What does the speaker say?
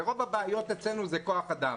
ורוב הבעיות אצלנו הן כוח אדם.